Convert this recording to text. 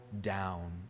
down